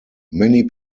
many